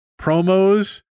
promos